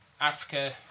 Africa